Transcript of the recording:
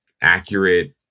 accurate